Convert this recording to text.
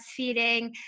breastfeeding